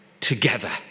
together